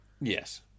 yes